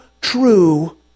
true